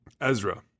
Ezra